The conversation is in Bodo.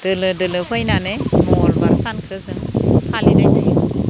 दोलो दोलो फैनानै मंगलबार सानखो जों फालिनाय जायो